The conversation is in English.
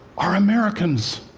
are americans.